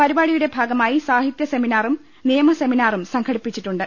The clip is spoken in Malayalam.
പരിപാടിയുടെ ഭാഗമായി സാഹിത്യ സെമിനാറും നിയമസെമിനാറും സംഘടിപ്പിച്ചിട്ടുണ്ട്